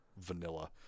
vanilla